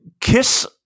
kiss